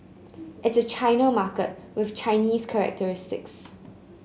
it's a China market with Chinese characteristics